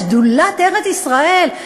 שדולת ארץ-ישראל.